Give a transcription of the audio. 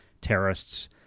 terrorists